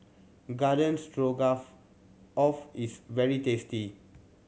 Garden Stroganoff Off is very tasty